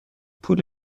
پول